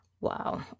Wow